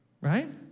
right